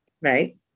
right